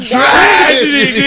Tragedy